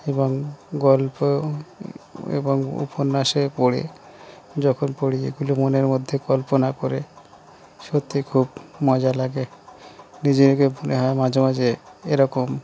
এবং গল্প এবং উপন্যাসে পড়ে যখন পড়ি এগুলো মনের মধ্যে কল্পনা করে সত্যিই খুব মজা লাগে নিজেকে মনে হয় মাঝে মাঝে এরকম